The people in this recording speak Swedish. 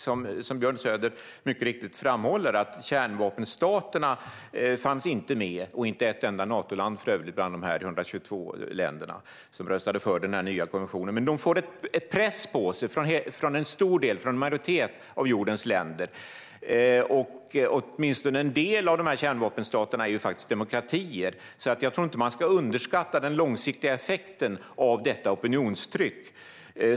Som Björn Söder mycket riktigt framhåller är det så att kärnvapenstaterna inte fanns med bland de 122 länder som röstade för denna nya konvention - och heller inte ett enda Natoland, för övrigt. Men de får press på sig från en majoritet av jordens länder. Åtminstone av del av kärnvapenstaterna är ju faktiskt demokratier, så jag tror inte att man ska underskatta den långsiktiga effekten av detta opinionstryck.